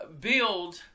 build